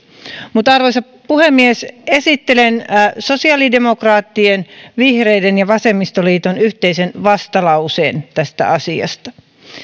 arvoisa puhemies esittelen sosiaalidemokraattien vihreiden ja vasemmistoliiton yhteisen vastalauseen tästä asiasta